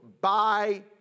by-